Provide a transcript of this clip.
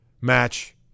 match